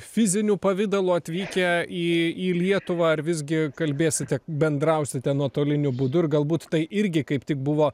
fiziniu pavidalu atvykę į į lietuvą ar visgi kalbėsite bendrausite nuotoliniu būdu ir galbūt tai irgi kaip tik buvo